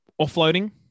Offloading